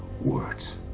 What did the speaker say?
words